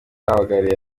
abahagarariye